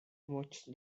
watched